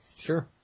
Sure